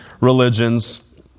religions